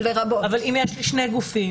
אבל אם יש לי שני גופים,